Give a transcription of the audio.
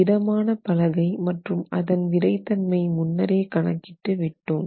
திடமான பலகை மற்றும் அதன் விறைத்தன்மை முன்னரே கணக்கிட்டு விட்டோம்